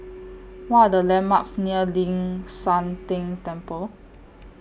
What Are The landmarks near Ling San Teng Temple